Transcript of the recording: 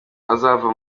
azava